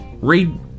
Read